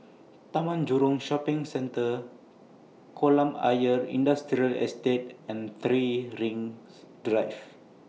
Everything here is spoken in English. Taman Jurong Shopping Centre Kolam Ayer Industrial Estate and three Rings Drive